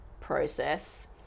process